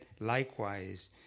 likewise